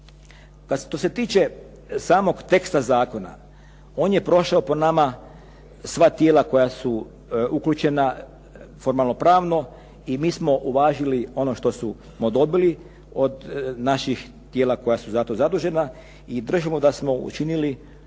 Što se tiče samog teksta zakona on je prošao po nama sva tijela koja su uključena formalno pravno i mi smo uvažili ono što smo dobili od naših tijela koja su za to zadužena i držimo da smo učinili u